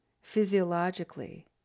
physiologically